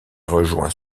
rejoint